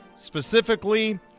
specifically